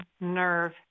nerve